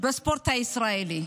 בספורט הישראלי.